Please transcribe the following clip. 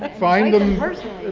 but finding and and personally,